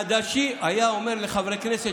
והוא היה אומר לחברי הכנסת